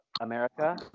america